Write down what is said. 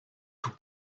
tout